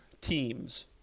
teams